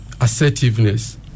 assertiveness